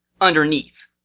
underneath